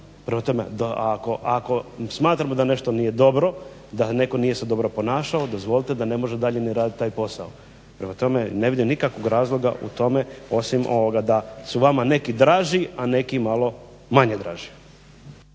Prema tome ako smatramo da nešto nije dobro da neko se nije dobro ponašao dozvolite da ne može dalje ni raditi taj posao. Prema tome ne vidim nikakvog razloga u tome osim da su neki vama draži a neki malo manje draži.